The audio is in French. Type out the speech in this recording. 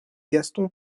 gaston